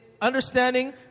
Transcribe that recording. understanding